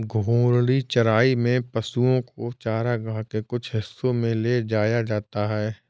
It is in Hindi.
घूर्णी चराई में पशुओ को चरगाह के कुछ हिस्सों में ले जाया जाता है